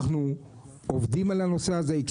אנחנו עובדים על הנושא הזה.